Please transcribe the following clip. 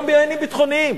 גם בעניינים ביטחוניים.